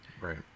Right